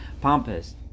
pompous